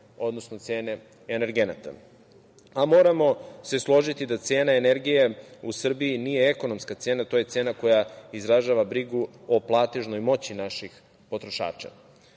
odnosno cene energenata. Moramo se složiti da cena energije u Srbiji nije ekonomska cena, to je cena koja izražava brigu o platežnoj moći naših potrošača.